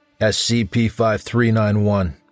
SCP-5391